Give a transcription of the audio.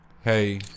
hey